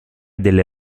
delle